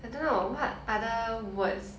I don't know what other words